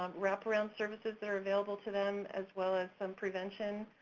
um wraparound services that are available to them, as well as some prevention.